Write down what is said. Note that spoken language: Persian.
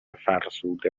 فرسوده